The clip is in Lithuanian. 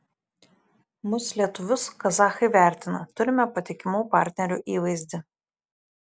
mus lietuvius kazachai vertina turime patikimų partnerių įvaizdį